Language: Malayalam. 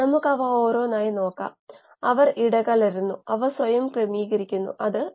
നമ്മൾ ഇത് താഴേക്ക് എടുക്കുകയാണെങ്കിൽ H ഹരിക്കണം D 1 ആയിരിക്കണം